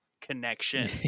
connection